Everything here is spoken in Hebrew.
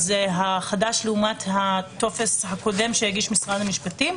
זה החדש לעומת הטופס הקודם שהגיש משרד המשפטים.